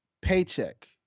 Paycheck